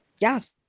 yes